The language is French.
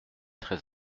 très